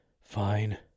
Fine